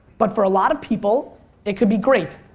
but for a lot of people it could be great.